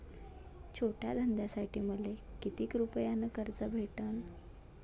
छोट्या धंद्यासाठी मले कितीक रुपयानं कर्ज भेटन?